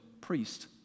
priest